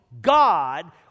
God